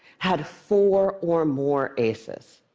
had four or more aces.